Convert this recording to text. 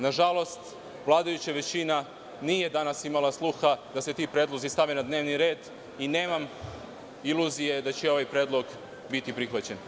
Nažalost, vladajuća većina nije danas imala sluha da se ti predlozi stave na dnevni red i nemam iluzije da će ovaj predlog biti prihvaćen.